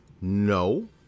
no